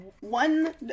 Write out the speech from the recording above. one